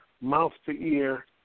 mouth-to-ear